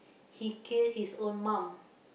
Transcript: he kill his own mum